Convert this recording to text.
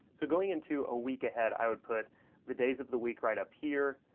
so going into a week ahead i would put the days of the week right up here.